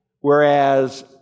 whereas